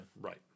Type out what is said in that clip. Right